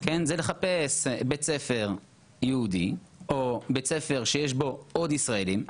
הוא לחפש בית ספר יהודי או בית ספר שיש בו עוד ישראלים.